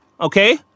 Okay